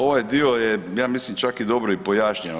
ovaj dio je, ja mislim čak i dobro i pojašnjeno.